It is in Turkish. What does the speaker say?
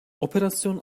operasyon